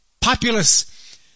populous